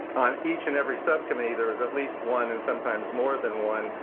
on each and every subcommittee, there was at least one and sometimes more than one,